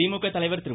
திமுக தலைவர் திரு